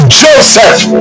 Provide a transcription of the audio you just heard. joseph